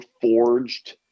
forged